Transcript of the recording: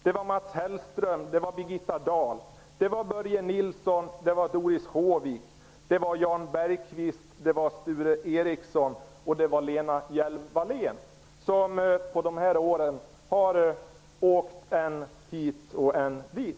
Det var Mats Hellström, De har under dessa år åkt än hit, än dit.